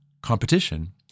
competition